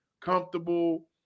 comfortable